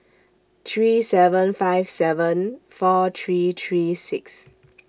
three seven five seven four three three six